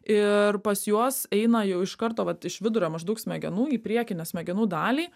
ir pas juos eina jau iš karto vat iš vidurio maždaug smegenų į priekinę smegenų dalį